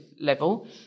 level